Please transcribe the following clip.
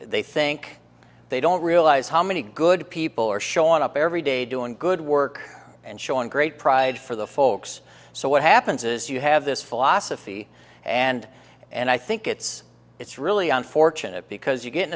they think they don't realize how many good people are showing up every day doing good work and showing great pride for the folks so what happens is you have this philosophy and and i think it's it's really unfortunate because you get in